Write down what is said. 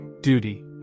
Duty